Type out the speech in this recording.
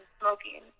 Smoking